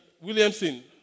Williamson